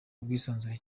ubwisanzure